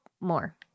more